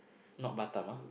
not Batam ah